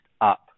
up